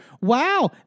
wow